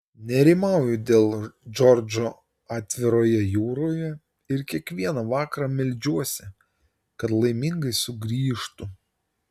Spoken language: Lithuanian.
nerimauju dėl džordžo atviroje jūroje ir kiekvieną vakarą meldžiuosi kad laimingai sugrįžtų